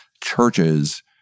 churches